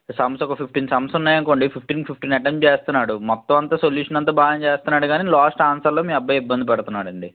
sums ఒక fifteen sums ఉన్నాయనుకోండి ఫిఫ్టీన్కి ఫిఫ్టీన్ అటెంప్ట్ చేస్తున్నాడు మొత్తమంతా సొల్యూషన్ అంతా బాగానే చేస్తన్నాడు కానీ లాస్ట్ ఆన్సర్లో మీ అబ్బాయి ఇబ్బంది పడుతున్నాడండి